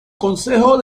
consejo